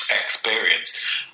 experience